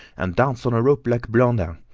and dance on a rope like blondin.